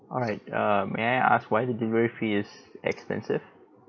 alright err may I ask why the delivery fee is expensive